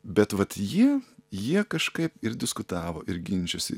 bet vat jie jie kažkaip ir diskutavo ir ginčijosi